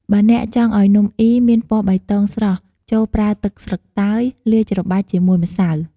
បើអ្នកចង់ឱ្យនំអុីមានពណ៌បៃតងស្រស់ ចូរប្រើទឹកស្លឹកតើយលាយច្របាច់ជាមួយម្សៅ។